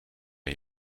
aan